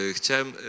Chciałem